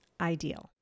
ideal